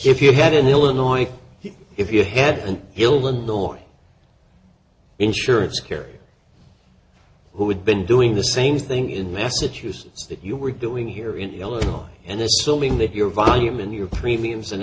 if you had in illinois if you had an illinois insurance carrier who had been doing the same thing in massachusetts that you were doing here in illinois and assuming that your volume and your premiums and